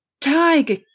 tiger